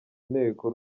nteko